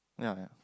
ya ya